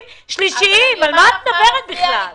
על מה את מדברת בכלל?